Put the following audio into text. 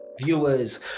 viewers